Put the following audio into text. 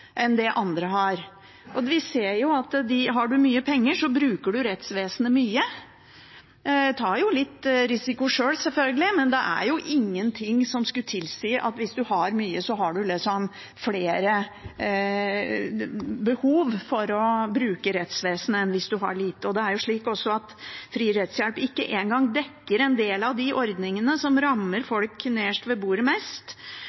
enn det andre har. Vi ser jo at har man mye penger, bruker man rettsvesenet mye – man tar jo litt risiko sjøl, selvfølgelig, men det er jo ingenting som skulle tilsi at hvis man har mye, har man mer behov for å bruke rettsvesenet enn hvis man har lite. Det er jo slik også at fri rettshjelp ikke engang dekker en del av de ordningene som rammer folk nederst ved bordet mest,